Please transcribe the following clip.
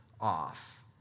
off